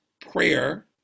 prayer